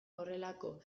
horrelako